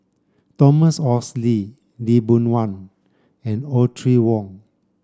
Thomas Oxley Lee Boon Wang and Audrey Wong